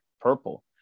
purple